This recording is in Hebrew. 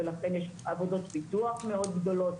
ולכן יש עבודות פיתוח מאוד גדולות.